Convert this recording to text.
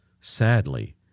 sadly